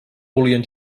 volien